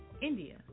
India